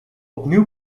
opnieuw